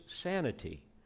sanity